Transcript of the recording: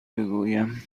بگویم